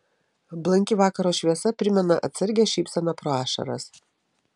blanki vakaro šviesa primena atsargią šypseną pro ašaras